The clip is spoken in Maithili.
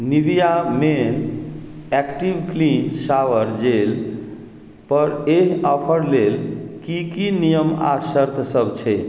Nivea men active clean shower जेलपर एहि ऑफर लेल की की नियम आ शर्तसभ छै